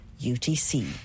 UTC